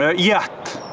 ah yet.